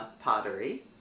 Pottery